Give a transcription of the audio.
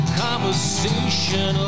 conversation